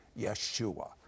Yeshua